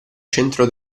centro